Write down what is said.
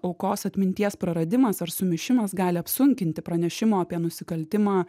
aukos atminties praradimas ar sumišimas gali apsunkinti pranešimo apie nusikaltimą